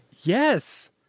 Yes